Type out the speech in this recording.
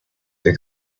the